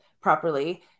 properly